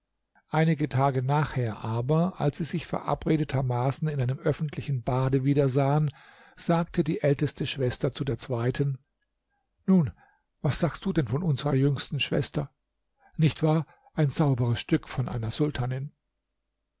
einige tage nachher aber als sie sich verabredetermaßen in einem öffentlichen bade wieder sahen sagte die älteste schwester zu der zweiten nun was sagst du denn von unserer jüngsten schwester nicht wahr ein sauberes stück von einer sultanin